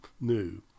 new